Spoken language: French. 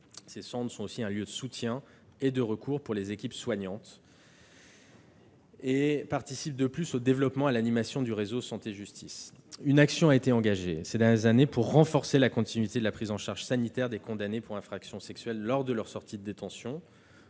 Ces centres sont aussi un lieu de soutien et de recours pour les équipes soignantes et participent de plus au développement et à l'animation du réseau santé-justice. Une action a été engagée ces dernières années pour renforcer la continuité de la prise en charge sanitaire des condamnés pour infractions sexuelles lors de leur sortie de détention.